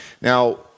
Now